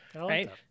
Right